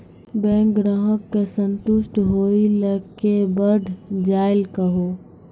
Bank ग्राहक के संतुष्ट होयिल के बढ़ जायल कहो?